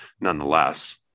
nonetheless